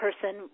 person